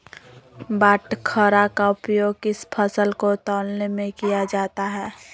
बाटखरा का उपयोग किस फसल को तौलने में किया जाता है?